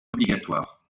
obligatoire